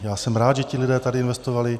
Já jsem rád, že ti lidé tady investovali.